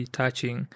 touching